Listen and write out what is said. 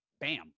bam